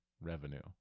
revenue